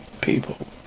people